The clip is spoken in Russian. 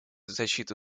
защиту